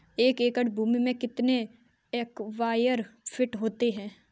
एक एकड़ भूमि में कितने स्क्वायर फिट होते हैं?